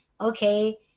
okay